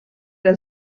der